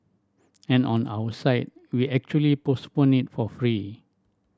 and on our side we actually postpone it for free